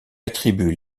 attribue